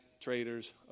traders